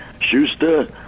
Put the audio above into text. Schuster